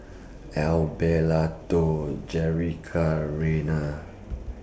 Abelardo Jerrica Reina